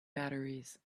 batteries